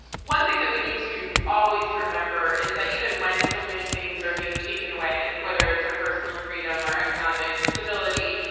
one thing that we need to always remember is that even when so many things are being taken away, whether it's our personal freedom, our economic stability,